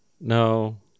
no